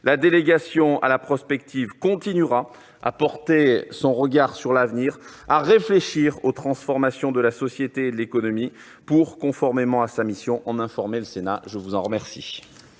La délégation à la prospective continuera de porter son regard sur l'avenir, de réfléchir aux transformations de la société et de l'économie, pour, conformément à sa mission, en informer le Sénat. Mes chers